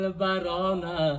barona